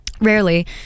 rarely